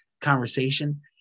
conversation